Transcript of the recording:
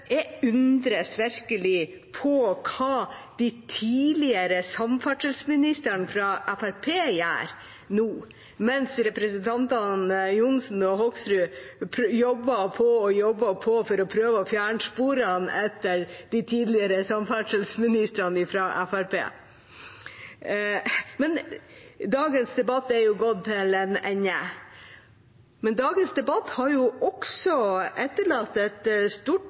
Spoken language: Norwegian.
Jeg undres virkelig på hva de tidligere samferdselsministrene fra Fremskrittspartiet gjør nå, mens representantene Johnsen og Hoksrud jobber på og jobber på for å prøve å fjerne sporene etter de tidligere samferdselsministrene fra Fremskrittspartiet. Dagens debatt er jo gått til en ende. Men dagens debatt har også etterlatt et stort